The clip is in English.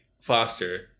Foster